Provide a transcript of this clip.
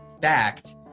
fact